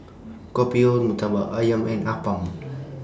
Kopi O Murtabak Ayam and Appam